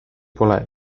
pole